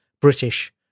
British